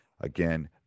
again